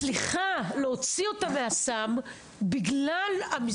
מצליחה להוציא אותה מהסם בגלל המסגרת.